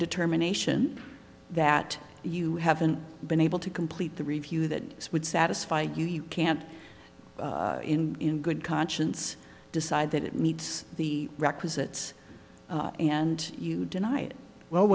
determination that you haven't been able to complete the review that would satisfy you you can't in good conscience decide that it meets the requisites and you deny it well